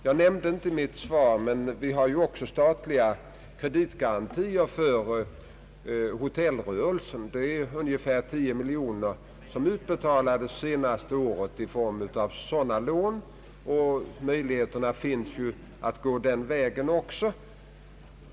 Jag nämnde det inte i mitt interpellationssvar, men vi har ju också möjligheten med statliga kreditgarantier för hotellrörelse. Ungefär 10 miljoner kronor utbetalades under det senaste året i form av sådana lån. Möjligheter finns alltså att gå även den vägen.